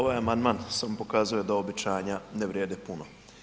Ovaj amandman samo pokazuje da obećanja ne vrijede puno.